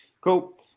Cool